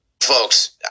folks –